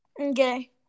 Okay